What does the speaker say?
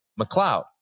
McLeod